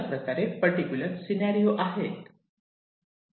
अशाप्रकारे particular scenario आहे